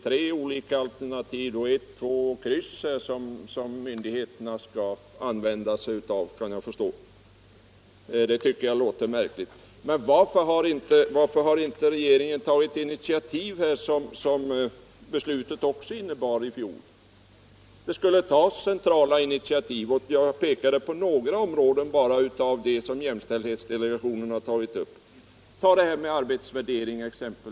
Är det meningen att myndigheterna skall använda sig av de tre alternativen etta, kryss och tvåa? Det tycker jag låter märkligt. Varför har inte regeringen tagit de initiativ som riksdagsbeslutet förra året innebar? Det skulle tas centrala initiativ, och jag pekade på några av de områden som jämställdhetsdelegationen har tagit upp. Tänk exempelvis på detta med arbetsvärdering!